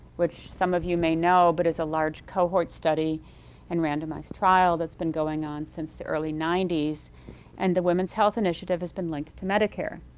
which some of you may know but is a large cohort study and randomized trial that's been going on since the early ninety s and the women's health initiative has been linked to medicare.